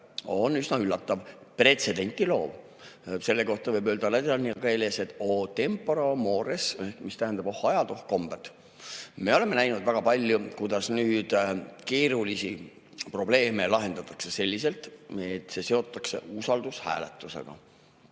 on üsna üllatavad, pretsedenti loovad. Selle kohta võib öelda ladina keeleso tempora, o mores, mis tähendab "oh ajad, oh kombed". Me oleme näinud väga palju, kuidas keerulisi probleeme lahendatakse selliselt, et [eelnõu] seotakse usaldushääletusega,